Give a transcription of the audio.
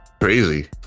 Crazy